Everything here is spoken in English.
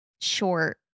short